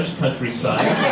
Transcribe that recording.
countryside